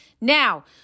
Now